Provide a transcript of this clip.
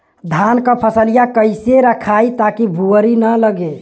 धान क फसलिया कईसे रखाई ताकि भुवरी न लगे?